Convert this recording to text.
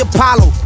Apollo